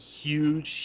huge